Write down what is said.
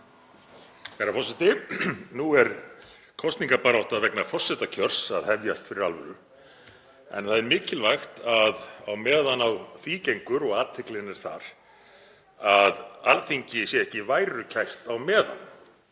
Herra forseti. Nú er kosningabarátta vegna forsetakjörs að hefjast fyrir alvöru en það er mikilvægt á meðan því gengur og athyglin er þar að Alþingi sé ekki værukært og